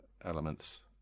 elements